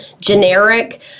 generic